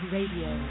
Radio